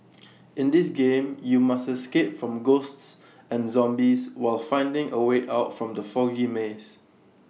in this game you must escape from ghosts and zombies while finding A way out from the foggy maze